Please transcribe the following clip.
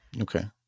Okay